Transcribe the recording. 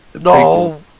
No